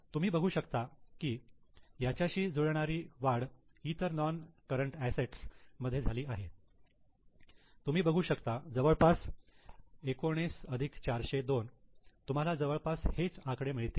तुम्ही बघू शकतात की याच्याशी जुळणारी वाढ इतर नोन करंट असेट्स मध्ये झाली आहे तुम्ही बघू शकता जवळपास 19 अधिक 402 तुम्हाला जवळपास हेच आकडे मिळतील